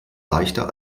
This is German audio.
leichter